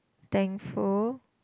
thankful